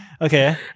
Okay